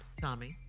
Tommy